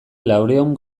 laurehun